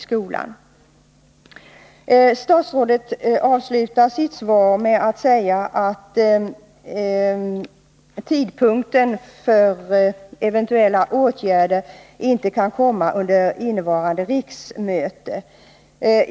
Statsrådet avslutar sitt svar med att säga att eventuella åtgärder inte kan komma under innevarande riksmöte.